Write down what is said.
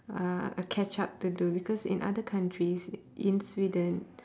uh catch up to do because in other countries in sweden